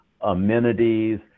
amenities